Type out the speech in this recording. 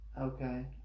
Okay